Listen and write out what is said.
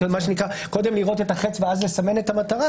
מה שנקרא קודם לירות את החוץ ואז לסמן את המטרה